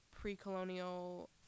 pre-colonial